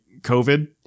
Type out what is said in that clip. COVID